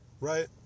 Right